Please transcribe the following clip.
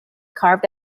carved